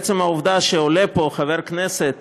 עצם העובדה שעולה פה חבר כנסת